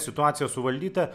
situacija suvaldyta